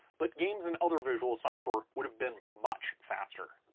but games and other visual software would have been much faster.